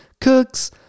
Cooks